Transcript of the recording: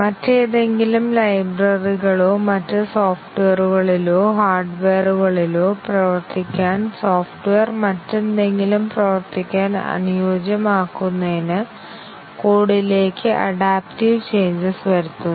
മറ്റേതെങ്കിലും ലൈബ്രറികളിലോ മറ്റ് സോഫ്റ്റ്വെയറുകളിലോ ഹാർഡ്വെയറുകളിലോ പ്രവർത്തിക്കാൻ സോഫ്റ്റ്വെയർ മറ്റെന്തെങ്കിലും പ്രവർത്തിക്കാൻ അനുയോജ്യമാക്കുന്നതിന് കോഡിലേക്ക് അഡാപ്റ്റീവ് ചേഞ്ചസ് വരുത്തുന്നു